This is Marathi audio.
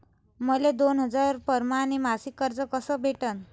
मले दोन हजार परमाने मासिक कर्ज कस भेटन?